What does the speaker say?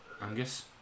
Angus